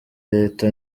leta